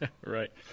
Right